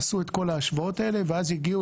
עשו את כול ההשוואות האלה ואז הגיעו